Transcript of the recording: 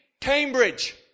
Cambridge